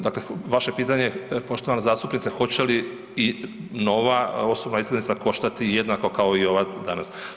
Dakle, vaše je pitanje poštovana zastupnice hoće li i nova osobna iskaznica koštati jednako kao i ova danas?